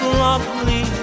lovely